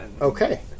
Okay